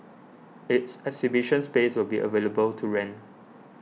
its exhibition space will be available to rent